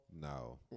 No